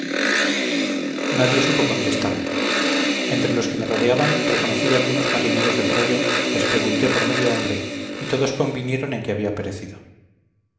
nadie supo contestarme entre los que me rodeaban reconocí a algunos marineros del rayo les pregunté por medio hombre y todos convinieron en que había perecido